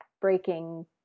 breaking